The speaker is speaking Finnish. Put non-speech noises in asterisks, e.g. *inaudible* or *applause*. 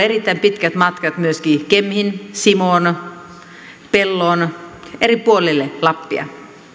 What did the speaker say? *unintelligible* erittäin pitkät matkat myöskin kemiin simoon pelloon eri puolille lappia